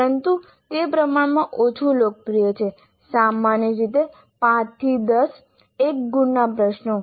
પરંતુ તે પ્રમાણમાં ઓછું લોકપ્રિય છે સામાન્ય રીતે 5 થી 10 એક ગુણના પ્રશ્નો